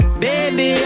baby